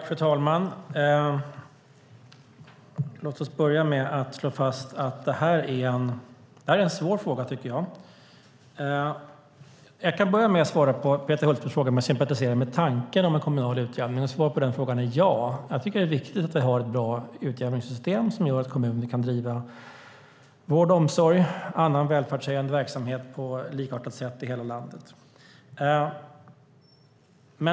Fru talman! Det här är en svår fråga. Peter Hultqvist frågade om jag sympatiserar med tanken om en kommunal utjämning. Svaret är ja. Det är viktigt att vi har ett bra utjämningssystem som gör att kommuner kan driva vård och omsorg och annan välfärdshöjande verksamhet på likartat sätt i hela landet.